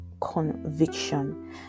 conviction